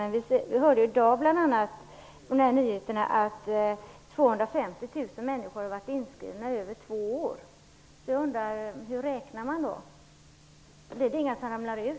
Men i dag kunde vi höra av nyheterna att 250 000 människor har varit inskrivna i över två år. Då undrar jag: Hur räknar man? Blir det inga som ramlar ur?